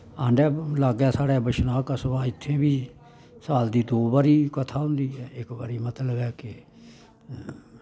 आंडै लाग्गै साढ़ै बिशनाह् कस्बा ऐ इत्थें बी साल दी दो बारी कथा होंदी ऐ इक बारी मतलब ऐ कि